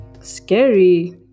scary